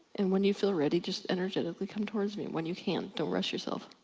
and when you feel ready just energetically come towards me. when you can, don't rush yourself.